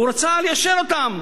והוא רצה ליישר אותם